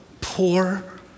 poor